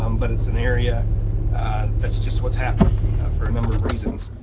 um but it's an area that's just what's happened for a number of reasons.